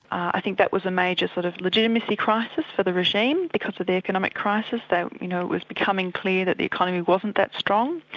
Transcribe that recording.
i think that was a major sort of legitimacy crisis for the regime, because of the economic crisis, it you know was becoming clear that the economy wasn't that strong.